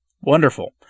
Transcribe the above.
Wonderful